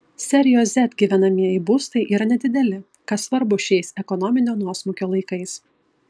serijos z gyvenamieji būstai yra nedideli kas svarbu šiais ekonominio nuosmukio laikais